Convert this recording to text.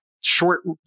short